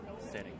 setting